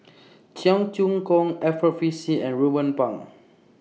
Cheong Choong Kong Alfred Frisby and Ruben Pang